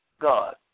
God